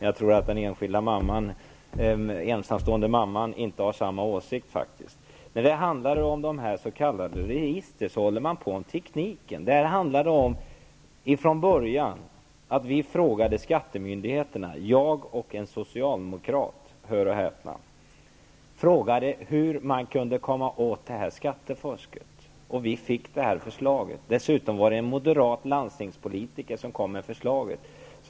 Jag tror faktiskt inte att den ensamstående mamman har samma åsikt. När det gäller de s.k. registren pratar man om tekniken. Det här började med att vi -- jag och en socialdemokrat, hör och häpna -- frågade skattemyndigheterna hur man kan komma åt det här skattefusket. Vi fick det här förslaget. Dessutom var det en moderat landstingspolitiker som kom med förslaget.